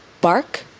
Bark